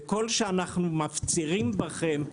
וכל שאנחנו מפצירים בכם,